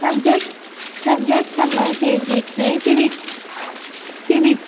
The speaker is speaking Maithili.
सब्जेक्ट हमर फ़ेवरेट अछि सिविक्स सिविक्स